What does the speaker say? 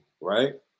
right